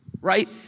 right